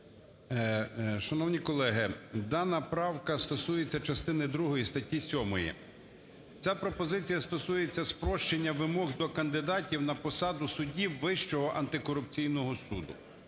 Шановні колеги, дана правка стосується частини другої статті 7. Ця пропозиція стосується спрощення вимог до кандидатів на посаду судді Вищого антикорупційного суду.